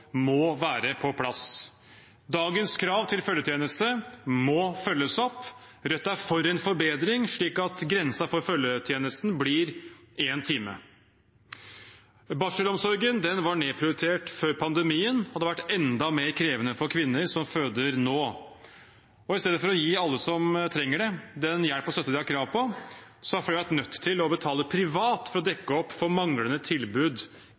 må være på plass. Dagens krav til følgetjeneste må følges opp. Rødt er for en forbedring slik at grensen for følgetjeneste blir én time. Barselomsorgen var nedprioritert før pandemien, og det har vært enda mer krevende nå for kvinner som føder. I stedet for at alle som trenger det, får den hjelp og støtte de har krav på, har flere vært nødt til å betale privat for å dekke opp for manglende tilbud.